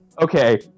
Okay